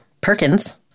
Perkins